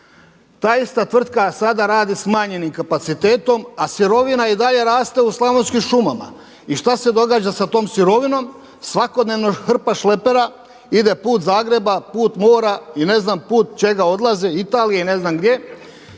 Ta ista tvrtka sada radi smanjenim kapacitetom, a sirovina i dalje raste u slavonskim šumama. I šta se događa sa tom sirovinom? Svakodnevno hrpa šlepera ide put Zagreba, put mora i ne znam put čega odlaze Italije i ne znam gdje.